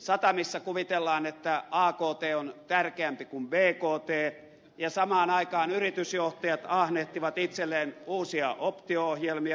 satamissa kuvitellaan että akt on tärkeämpi kuin bkt ja samaan aikaan yritysjohtajat ahnehtivat itselleen uusia optio ohjelmia